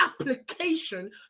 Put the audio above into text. application